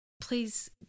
please